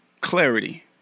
clarity